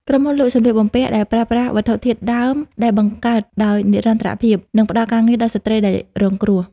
ក្រុមហ៊ុនលក់សម្លៀកបំពាក់ដែលប្រើប្រាស់វត្ថុធាតុដើមដែលផលិតដោយនិរន្តរភាព និងផ្តល់ការងារដល់ស្ត្រីដែលរងគ្រោះ។